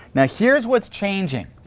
now here's what's changing.